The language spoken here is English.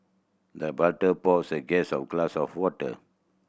the butler poured the guest a glass of water